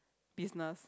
business